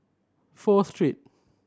Pho Street